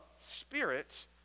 Spirit